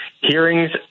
hearings